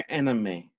enemy